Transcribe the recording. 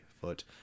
foot